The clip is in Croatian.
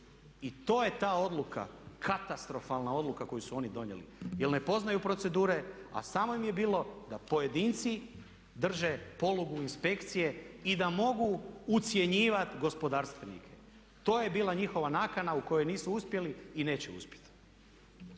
I to je ta odluka katastrofalna odluka koju su oni donijeli jer ne poznaju procedure a samo im je bilo da pojedince drže polugu inspekcije i da mogu ucjenjivati gospodarstvenike. To ej bila njihova nakana u kojoj nisu uspjeli i neće uspjeti.